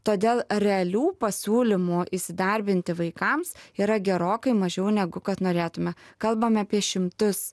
todėl realių pasiūlymų įsidarbinti vaikams yra gerokai mažiau negu kad norėtume kalbame apie šimtus